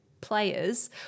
players